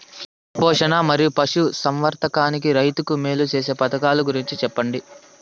పశు పోషణ మరియు పశు సంవర్థకానికి రైతుకు మేలు సేసే పథకాలు గురించి చెప్పండి?